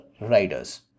riders